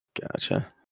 Gotcha